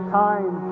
time